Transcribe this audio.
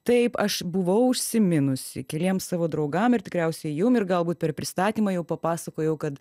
taip aš buvau užsiminusi keliems savo draugam ir tikriausiai jum ir galbūt per pristatymą jau papasakojau kad